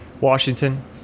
washington